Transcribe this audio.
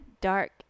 dark